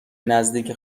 نزدیک